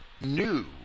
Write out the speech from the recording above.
new